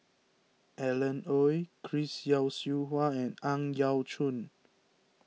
Alan Oei Chris Yeo Siew Hua and Ang Yau Choon